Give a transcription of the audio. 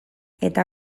eta